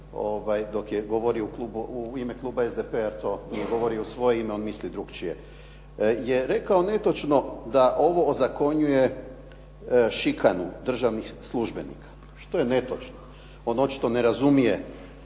dok je govorio u ime kluba SDP-a, jer to je govorio u svoje ime, on misli drukčije. Je rekao netočno da ovo ozakonjuje šikanu državnih službenika, što je netočno. On očito ne razumije,